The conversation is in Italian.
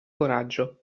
coraggio